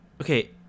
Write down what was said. Okay